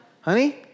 honey